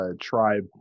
tribe